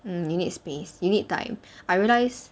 mm you need space you need time I realise